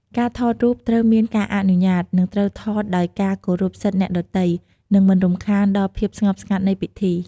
ការថតរូបត្រូវមានការអនុញ្ញាត និងត្រូវថតដោយការគោរពសិទ្ធិអ្នកដទៃ និងមិនរំខានដល់ភាពស្ងប់ស្ងាត់នៃពិធី។